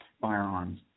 firearms